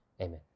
Amen